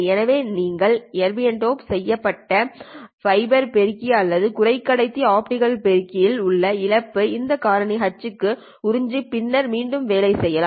எனவே நீங்கள் இந்த எர்பியம் டோப் செய்யப்பட்ட ஃபைபர் பெருக்கி அல்லது குறைக்கடத்தி ஆப்டிகல் பெருக்கியில் உள்ள இழப்பு இந்த காரணி H க்கு உறிஞ்சி பின்னர் மீண்டும் வேலை செய்யலாம்